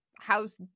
how's